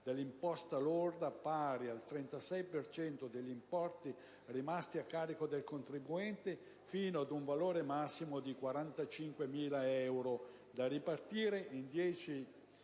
dall'imposta lorda pari al 36 per cento degli importi rimasti a carico del contribuente, fino ad un valore massimo di 45.000 euro, da ripartire in